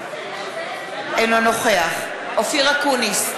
אינו נוכח אופיר אקוניס,